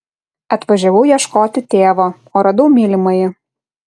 atvažiavau ieškoti tėvo o radau mylimąjį